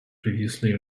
previously